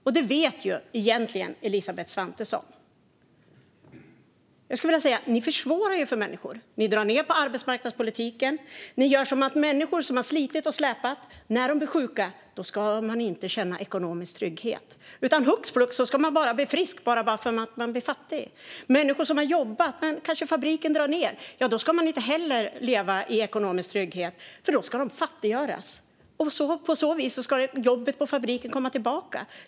Och detta vet du egentligen, Elisabeth Svantesson. Jag skulle vilja säga att ni försvårar för människor. Ni drar ned på arbetsmarknadspolitiken. Ni gör så att människor som har slitit och släpat inte ska känna ekonomisk trygghet när de blir sjuka, utan man ska hux flux bli frisk bara för att man blir fattig. Människor som har jobbat på en fabrik som kanske drar ned ska inte heller leva i ekonomisk trygghet, utan de ska fattiggöras. På så vis ska jobbet på fabriken komma tillbaka.